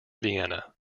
vienna